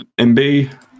mb